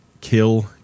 kill